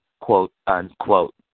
quote-unquote